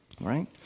right